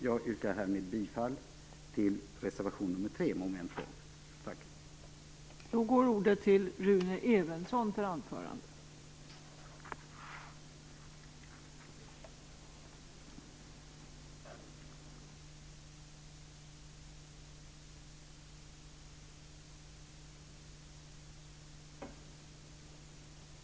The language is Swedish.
Jag yrkar härmed bifall till reservation nr 3 avseende mom. 2.